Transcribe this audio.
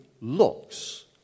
looks